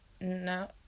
No